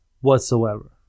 whatsoever